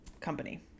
Company